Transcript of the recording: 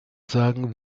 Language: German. sagen